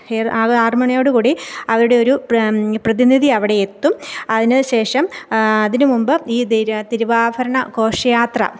A ആറ് ആറ് മണിയോടുകൂടി അവരുടെ ഒരു പ്ര പ്രതിനിധി അവിടെ എത്തും അതിന് ശേഷം അതിന് മുമ്പ് ഈ തിര് തിരുവാഭരണ ഘോഷയാത്ര